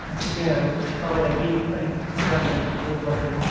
त्यसकै अब तपाईँलाई केही अलिक जानकारी छ यसो बताइदिनुहोस् न